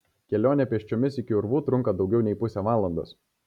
kelionė pėsčiomis iki urvų trunka daugiau nei pusę valandos